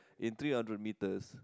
in three hundred metres